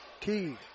Key